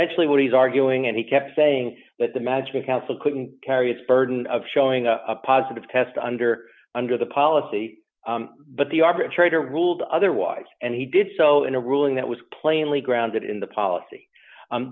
actually what he's arguing and he kept saying that the magic council couldn't carry its burden of showing a positive test under under the policy but the arbitrator ruled otherwise and he did so in a ruling that was plainly grounded in the policy